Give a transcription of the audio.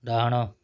ଡାହାଣ